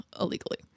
illegally